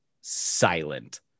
silent